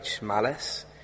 malice